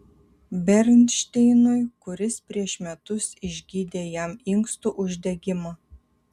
bernšteinui kuris prieš metus išgydė jam inkstų uždegimą